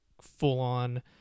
full-on